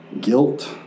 guilt